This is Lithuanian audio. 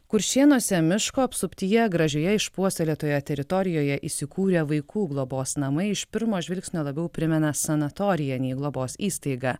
kuršėnuose miško apsuptyje gražioje išpuoselėtoje teritorijoje įsikūrę vaikų globos namai iš pirmo žvilgsnio labiau primena sanatoriją nei globos įstaigą